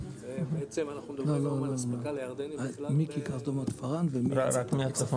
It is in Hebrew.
בעצם אנחנו מדברים על אספקה לירדנים בכלל רק ב- רק מהצפון?